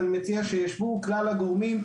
אני מציע שיישבו כלל הגורמים,